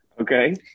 Okay